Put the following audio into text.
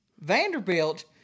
Vanderbilt